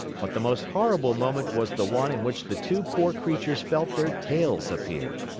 but the most horrible moment was the one in which the two poor creatures felt their tails appear.